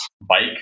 bike